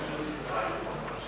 hvala vam